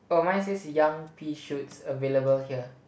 oh mine says young pea shoots available here